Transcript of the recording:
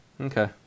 Okay